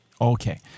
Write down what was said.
Okay